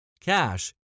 Cash